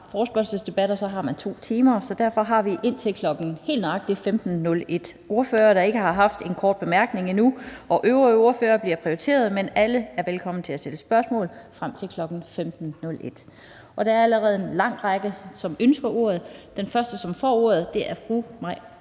hasteforespørgselsdebatter, har man 2 timer. Derfor har vi indtil helt nøjagtig kl. 15.01. Ordførere, der ikke har haft en kort bemærkning endnu, og øvrige ordførere bliver prioriteret, men alle er velkomne til at stille spørgsmål frem til kl. 15.01. Der er allerede en lang række, som ønsker ordet. Den første, som får ordet, er fru Mai